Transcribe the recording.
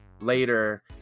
later